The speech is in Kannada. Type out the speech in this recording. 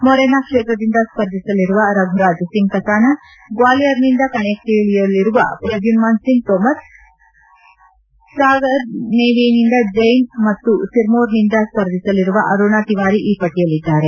ಮೊರೆನಾ ಕ್ಷೇತ್ರದಿಂದ ಸ್ಪರ್ಧಿಸಲಿರುವ ರಘುರಾಜ್ ಸಿಂಗ್ ಕಸಾನಾ ಗ್ವಾಲಿಯರ್ನಿಂದ ಕಣಕ್ಕಿಳಿಯಲಿರುವ ಪ್ರದ್ಯಮಾನ್ ಸಿಂಗ್ ತೋಮಾರ್ ಸಾಗರ್ದಿಂದ ನೇವಿ ಜೈನ್ ಮತ್ತು ಸಿರ್ಮೊರ್ನಿಂದ ಸ್ಪರ್ಧಿಸಲಿರುವ ಅರುಣಾ ತಿವಾರಿ ಈ ಪಟ್ಟಿಯಲ್ಲಿದ್ದಾರೆ